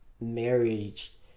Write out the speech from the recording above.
marriage